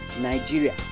Nigeria